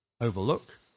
overlook